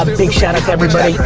um big shout out to everybody.